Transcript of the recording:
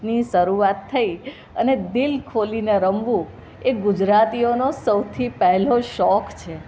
ની શરૂઆત થઈ અને દિલ ખોલીને રમવું એ ગુજરાતીઓનો સૌથી પહેલો શોખ છે